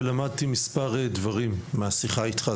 ולמדתי מספר דברים מהשיחה איתך.